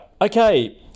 okay